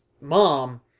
mom